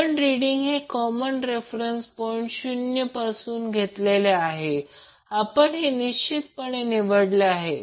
आपण रिडिंग हे common reference point o पासून घेतलेले आहे आपण हे अनिश्चितपणे निवडले आहे